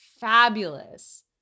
fabulous